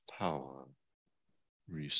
power